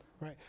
Right